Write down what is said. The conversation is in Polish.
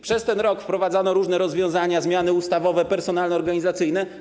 Przez ten rok wprowadzano różne rozwiązania, zmiany ustawowe, personalne i organizacyjne.